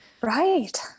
Right